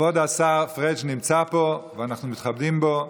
כבוד השר פריג' נמצא פה ואנחנו מתכבדים בו.